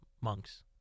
monks